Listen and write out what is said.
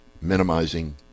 minimizing